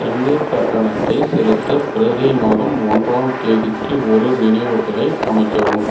தண்ணீர் கட்டணத்தைச் செலுத்த பிரதி மாதம் ஒன்றாம் தேதிக்கு ஒரு நினைவூட்டலை அமைக்கவும்